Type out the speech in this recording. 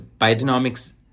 biodynamics